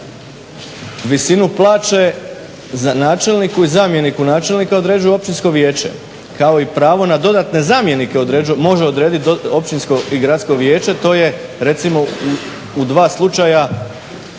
visinu plaće načelniku i zamjeniku načelnika određuje općinsko vijeće kao i pravo na dodatne zamjenike može odrediti općinsko i gradsko vijeće. To je recimo u dva slučaja